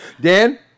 Dan